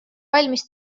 valmis